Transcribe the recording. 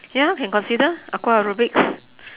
ya can consider Aqua aerobics